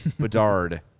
Bedard